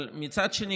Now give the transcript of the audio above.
אבל מצד שני,